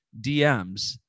DMs